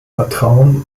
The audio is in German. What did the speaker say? vertrauen